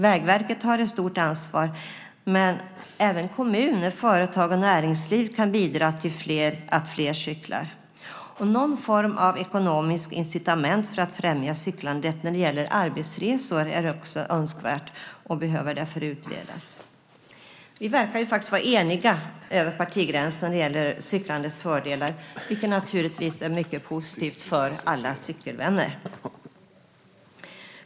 Vägverket har ett stort ansvar, men även kommuner, företag och näringsliv kan bidra till att fler cyklar. Någon form av ekonomiskt incitament för att främja cyklandet när det gäller arbetsresor är också önskvärt och behöver därför utredas. Vi verkar faktiskt vara eniga över partigränserna när det gäller cyklandets fördelar, vilket naturligtvis är mycket positivt för alla cykelvänner.